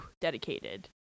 Dedicated